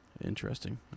Interesting